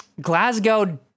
Glasgow